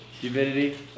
Humidity